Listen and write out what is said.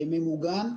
ממוגן.